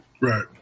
Right